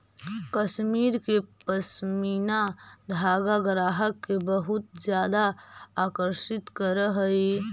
कश्मीर के पशमीना धागा ग्राहक के बहुत ज्यादा आकर्षित करऽ हइ